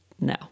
no